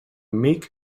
meek